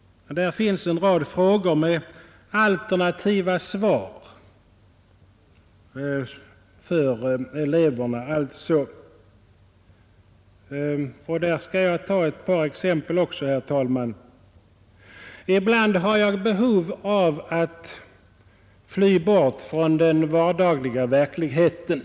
Där finns en rad frågor för eleverna med alternativa svar. Jag skall ta ett par sådana frågor: ”Ibland har jag ett behov att fly bort från den vardagliga verkligheten .